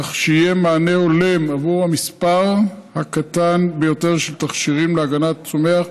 כך שיהיה מענה הולם עבור המספר הקטן ביותר של תכשירים להגנת הצומח,